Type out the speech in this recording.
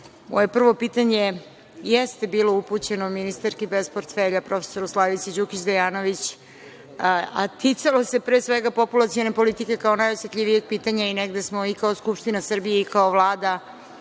moje prvo pitanje jeste bilo upućeno ministarki bez portfelja profesoru Slavici Đukić Dejanović, a ticalo se, pre svega, populacione politike kao najosetljivijeg pitanja i negde smo i kao Skupština Srbije i kao Vlada